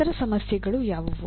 ಇತರ ಸಮಸ್ಯೆಗಳು ಯಾವುವು